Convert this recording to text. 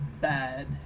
bad